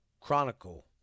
chronicle